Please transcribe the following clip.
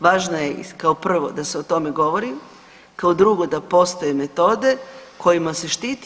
Važna je kao prvo da se o tome govori, kao drugo da postoje metode kojima se štiti.